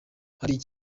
hari